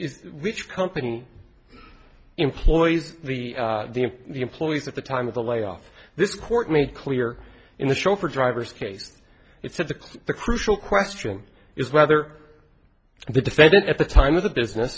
is which company employees the the and the employees at the time of the layoffs this court made clear in the chauffeur driver's case it said the quote the crucial question is whether the defendant at the time of the business